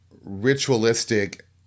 ritualistic